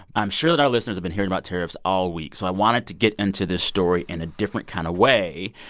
i'm sure that our listeners have been hearing about tariffs all week, so i wanted to get into this story in a different kind of way.